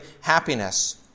happiness